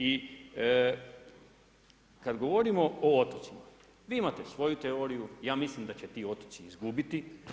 I kada govorimo o otocima, vi imate svoju teoriju, ja mislim da će ti otoci izgubiti.